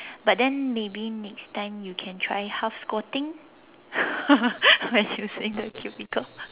but then maybe next time you can try half squatting when using the cubicle